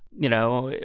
you know,